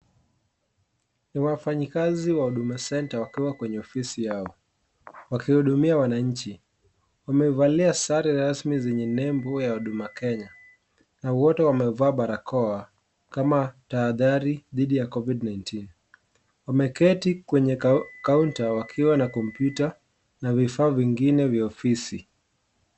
Wafanyikazi wa Huduma centre wakiwa kwenye ofisi yao wakihudumia wananchi, wamevalia sare rasmi zenye nembo ya huduma Kenya, na wote wamevaa barakoa kama tahadhari dhidi ya COVID 19 . Wameketi kwenye counter wakiwa na computer na vifaa vingine vya ofisi.